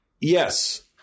yes